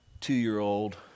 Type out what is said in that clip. two-year-old